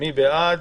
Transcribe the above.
מי בעד?